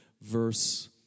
verse